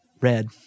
red